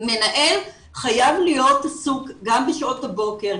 מנהל חייב להיות עסוק גם בשעות הבוקר,